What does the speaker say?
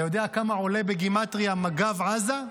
אתה יודע כמה עולה בגימטרייה מג"ב עזה?